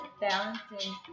balancing